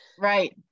right